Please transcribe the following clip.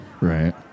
Right